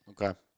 Okay